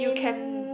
I'm